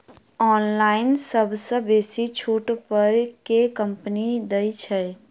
Online सबसँ बेसी छुट पर केँ कंपनी दइ छै?